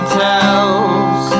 tells